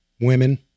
women